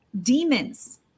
demons